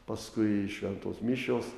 paskui šventos mišios